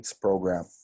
program